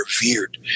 revered